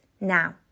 now